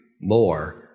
more